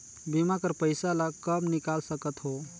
बीमा कर पइसा ला कब निकाल सकत हो?